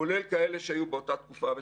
כולל כאלה שהיו באותה תקופה בתפקידים,